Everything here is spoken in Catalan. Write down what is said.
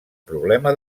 problema